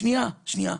שנייה, שנייה.